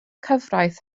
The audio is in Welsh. cyfraith